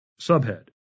Subhead